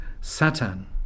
Satan